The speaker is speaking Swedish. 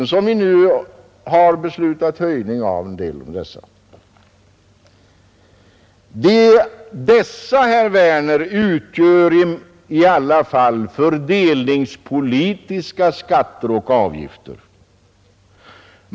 En del av dessa har vi nu beslutat höja. De utgör, herr Werner, i alla fall fördelningspolitiska skatter och avgifter.